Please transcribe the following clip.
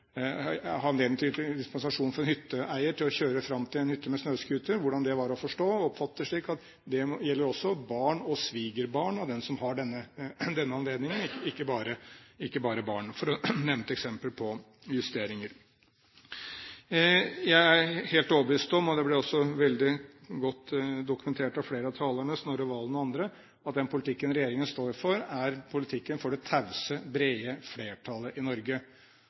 anledning til å gi dispensasjon for en hytteeier til å kjøre fram til en hytte med snøscooter – og oppfattet det slik at det gjelder også barn og svigerbarn av den som har denne anledningen, og ikke bare barn, for å nevne et eksempel på justeringer. Jeg er helt overbevist om – og det ble også veldig godt dokumentert av flere av talerne, Snorre Serigstad Valen og andre – at den politikken regjeringen står for, er en politikk for det tause, brede flertallet i